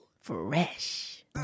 Fresh